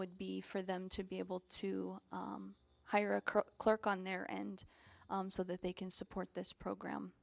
would be for them to be able to hire a clerk on there and so that they can support this program